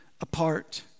apart